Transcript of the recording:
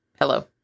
hello